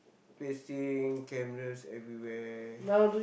placing cameras everywhere